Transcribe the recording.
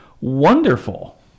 Wonderful